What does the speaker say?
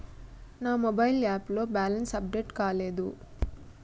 నా mobile app లో balance update కాలేదు